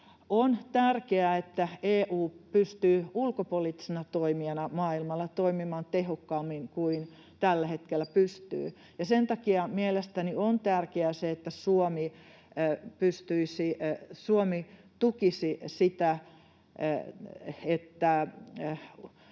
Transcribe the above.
On tärkeää, että EU pystyy ulkopoliittisena toimijana maailmalla toimimaan tehokkaammin kuin tällä hetkellä pystyy, ja sen takia mielestäni on tärkeää, että Suomi tukisi sitä, että